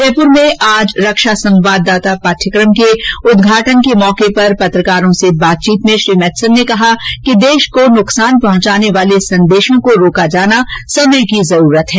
जयप्र में आज रक्षा संवाददाता पाठयक्रम के उदघाटन समारोह के बाद पत्रकारों से बातचीत में श्री मेथसन ने कहा कि देश को नुकसान पहंचाने वाले संदेशों को रोका जाना समय की जरूरत है